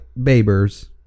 babers